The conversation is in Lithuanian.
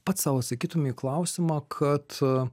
pats sau atsakytum į klausimą kad